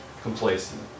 Complacent